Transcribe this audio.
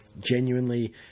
genuinely